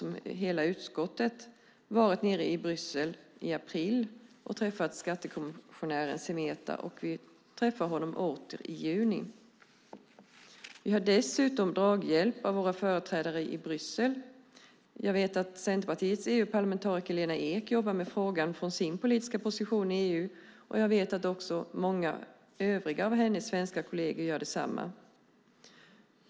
Hela utskottet var också nere i Bryssel i april och träffade skattekommissionären Semeta. Vi ska träffa honom igen i juni. Vi har dessutom draghjälp av våra företrädare i Bryssel. Jag vet att Centerpartiets EU-parlamentariker Lena Ek jobbar med frågan från sin politiska position i EU. Jag vet också att många av hennes övriga svenska kolleger gör detsamma.